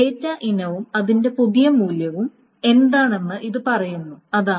data ഇനവും അതിന്റെ പുതിയ മൂല്യവും എന്താണെന്ന് ഇത് പറയുന്നു അതാണ്